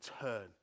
turn